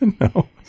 No